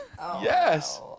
Yes